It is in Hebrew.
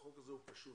החוק הזה הוא פשוט.